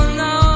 no